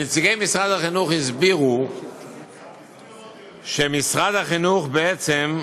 נציגי משרד החינוך הסבירו שמשרד החינוך, בעצם,